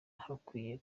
hakwiye